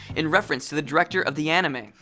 in reference to the director of the anime.